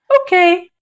okay